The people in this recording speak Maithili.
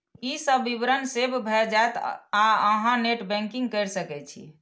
ई सब विवरण सेव भए जायत आ अहां नेट बैंकिंग कैर सकै छी